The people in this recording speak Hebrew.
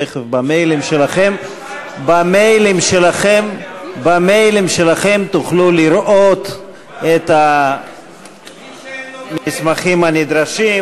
תכף במיילים שלכם תוכלו לראות את המסמכים הנדרשים,